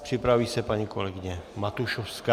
Připraví se paní kolegyně Matušovská.